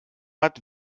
hat